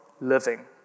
living